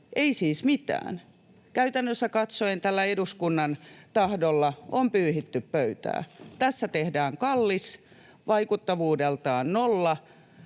ei siis mitään. Käytännössä katsoen tällä eduskunnan tahdolla on pyyhitty pöytää. Tässä tehdään kallis lainsäädäntö, vaikuttavuudeltaan nolla,